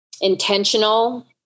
intentional